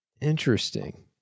interesting